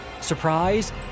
surprise